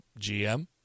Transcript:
GM